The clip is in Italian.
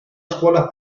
scuola